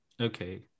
okay